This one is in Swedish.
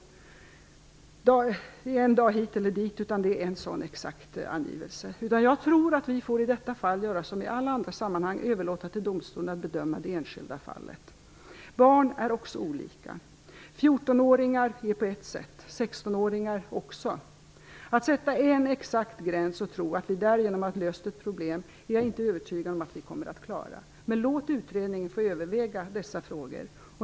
Det är fråga om en dag hit eller dit med en sådan exakt angivelse. Jag tror att vi i detta fall får göra som i alla andra sammanhang, dvs. att överlåta till domstolen att bedöma det enskilda fallet. Barn är också olika. 14-åringar är på ett sätt, och det är 16-åringar också. Att sätta en exakt gräns, och tro att vi därigenom har löst ett problem, är jag inte övertygad om att vi kommer att klara. Låt utredningen få överväga dessa frågor.